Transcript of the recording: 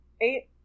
eight